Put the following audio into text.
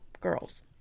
girls